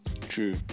true